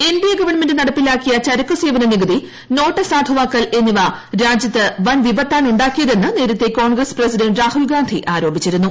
NDA government നടപ്പിലാക്കിയ ചരക്കുസേവന നികുതി നോട്ടസാധുവാക്കൽ എന്നിവ രാജ്യത്ത് വൻവിപത്താണുണ്ടാക്കിയതെന്ന് നേരത്തെ കോൺഗ്രസ് പ്രസിഡന്റ് രാഹുൽ ഗാന്ധി ആരോപിച്ചിരുന്നു